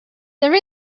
there